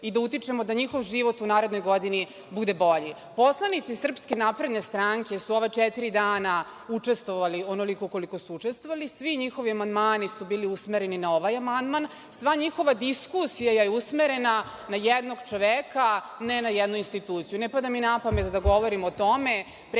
i da utičemo da njihov život u narednoj godini bude bolji. Poslanici SNS su ova četiri dana učestvovali onoliko koliko su učestvovali. Svi njihovi amandmani su bili usmereni na ovaj amandman. sva njihova diskusija je usmerena na jednog čoveka, ne na jednu instituciju. Ne pada mi na pamet da govorim o tome.